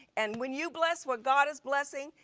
and when you bless what god is blessing,